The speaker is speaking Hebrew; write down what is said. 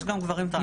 יש גם גברים טרנסים.